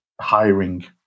hiring